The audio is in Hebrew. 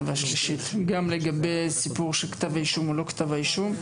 והשלישית גם לגבי סיפור של כתב האישום או לא כתב האישום.